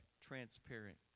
transparent